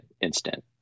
instant